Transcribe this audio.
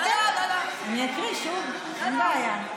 אוקיי, אני אקריא שוב, אין בעיה.